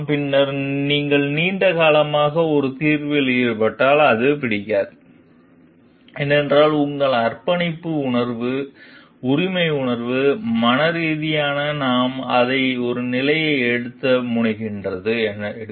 பின்னர் நீங்கள் நீண்ட காலமாக ஒரு தீர்வில் ஈடுபட்டால் அது பிடிக்காது ஏனெனில் உங்கள் அர்ப்பணிப்பு உணர்வு உரிமை உணர்வு மனரீதியாக நாம் அதை ஒரு நிலையை எடுக்க முனைகின்றன எடுத்து